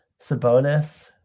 Sabonis